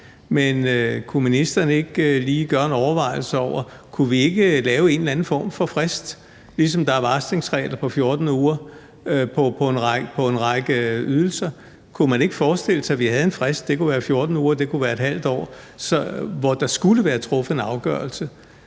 men kunne ministeren ikke lige gøre sig nogle overvejelser over, om ikke vi kunne lave en eller en form for frist: Ligesom der er varslingsregler på 14 uger på en række ydelser, kunne man så ikke forestille sig, at vi havde en frist – det kunne være 14 uger, eller det kunne være ½ år – hvor der skulle være truffet en afgørelse?